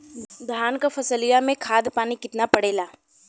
धान क फसलिया मे खाद पानी कितना पड़े ला?